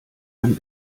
ein